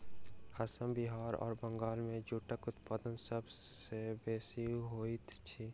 असम बिहार आ बंगाल मे जूटक उत्पादन सभ सॅ बेसी होइत अछि